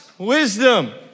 Wisdom